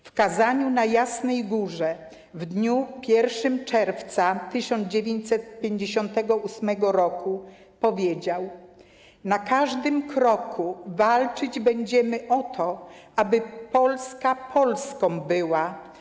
W kazaniu na Jasnej Górze w dniu 1 czerwca 1958 roku powiedział: 'Na każdym kroku walczyć będziemy o to, aby Polska Polską była!